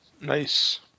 nice